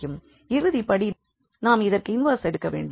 இறுதி படி நாம் இதற்கு இன்வெர்ஸ் எடுக்க வேண்டும்